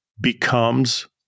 becomes